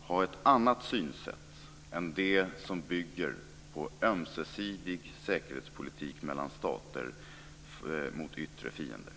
ha ett annat synsätt än det som bygger på ömsesidig säkerhetspolitik mellan stater mot yttre fiender.